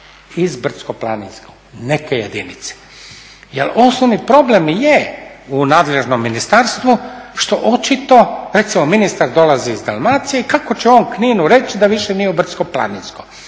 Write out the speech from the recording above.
iz brdsko planinskog, neke jedinice. Jer osnovni problem je u nadležnom ministarstvu što očito, recimo ministar dolazi iz Dalmacije i kako će on Kninu reći da više nije brdsko planinsko